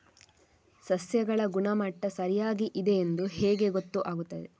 ಸಸ್ಯಗಳ ಗುಣಮಟ್ಟ ಸರಿಯಾಗಿ ಇದೆ ಎಂದು ಹೇಗೆ ಗೊತ್ತು ಆಗುತ್ತದೆ?